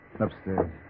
Upstairs